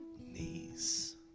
knees